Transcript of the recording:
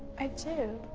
i do.